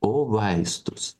o vaistus